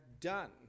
done